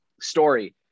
story